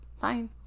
fine